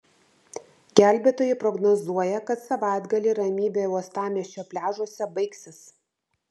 gelbėtojai prognozuoja kad savaitgalį ramybė uostamiesčio pliažuose baigsis